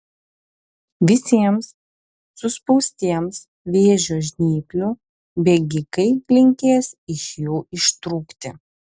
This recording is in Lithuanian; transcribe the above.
visiems suspaustiems vėžio žnyplių bėgikai linkės iš jų ištrūkti